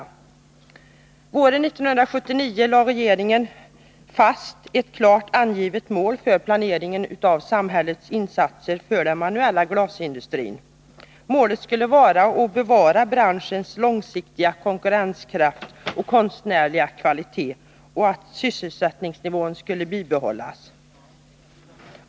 Våren 1979 lade riksdagen fast ett klart angivet mål för planeringen av samhällets insatser för den manuella glasindustrin. Målet skulle vara att bevara branschens långsiktiga konkurrenskraft och konstnärliga kvalitet, så att sysselsättningsnivån kunde bibehållas.